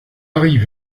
rive